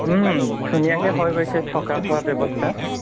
ধুনীয়াকৈ হৈ গৈছে থকা খোৱা ব্যৱস্থা